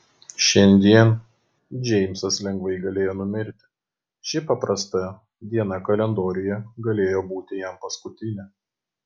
šiandien džeimsas lengvai galėjo numirti ši paprasta diena kalendoriuje galėjo būti jam paskutinė